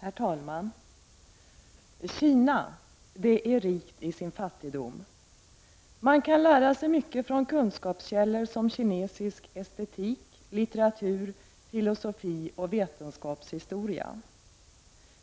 Herr talman! Kina är rikt i sin fattigdom, man kan lära sig mycket från kunskapskällor som kinesisk estetik, litteratur, filosofi och vetenskapshistoria.